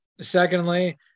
Secondly